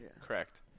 Correct